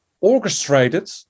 orchestrated